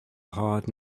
hard